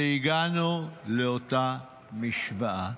והגענו לאותה משוואה.